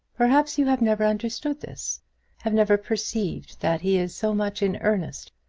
perhaps you have never understood this have never perceived that he is so much in earnest,